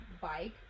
bike